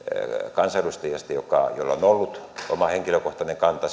kansanedustajasta jolla on ollut oma henkilökohtainen kanta